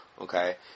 okay